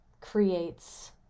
creates